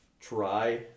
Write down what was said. try